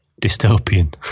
dystopian